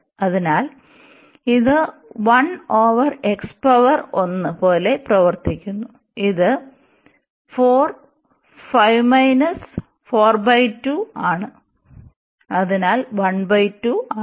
അതിനാൽ ഇത് 1 over x power 1 പോലെ പ്രവർത്തിക്കുന്നു ഇത് 4 5 42 ആണ് അതിനാൽ 12 ആണ്